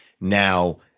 now